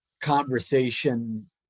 conversation